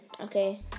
Okay